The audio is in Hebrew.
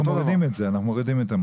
אנחנו מורידים את המרב"ד.